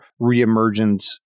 reemergence